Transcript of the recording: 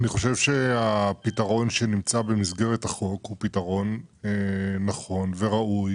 אני חושב שהפתרון שנמצא במסגרת החוק הוא פתרון נכון וראו.